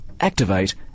activate